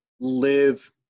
live